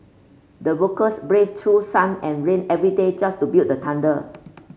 the workers braved through sun and rain every day just to build the tender